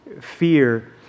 fear